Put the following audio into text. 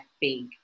big